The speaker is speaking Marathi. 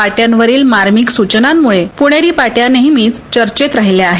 पाट्यावरील मार्मिक सुचनामुळे पुणेरी पाट्या नेहमीच चर्चेत राहिल्या आहेत